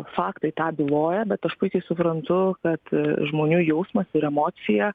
faktai tą byloja bet aš puikiai suprantu kad žmonių jausmas ir emocija